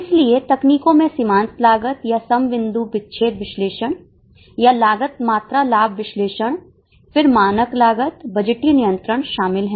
इसलिए तकनीकों में सीमांत लागत या समबिंदु विच्छेद विश्लेषण या लागत मात्रा लाभ विश्लेषण फिर मानक लागत बजटीय नियंत्रण शामिल हैं